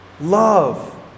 Love